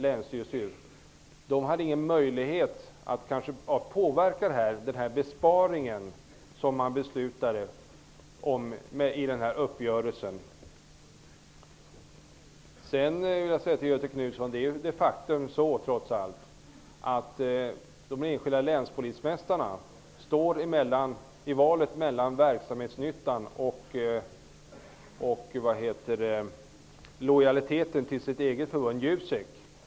Dessa ledamöter hade ingen möjlighet att påverka utformningen av den besparing som man beslutade om i uppgörelsen. Jag vill säga till Göthe Knutson att de enskilda länspolismästarna de facto står i valet mellan verksamhetsnyttan och lojaliteten med sitt eget förbund JUSEK.